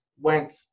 went